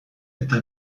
eta